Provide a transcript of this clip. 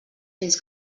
fins